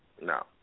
No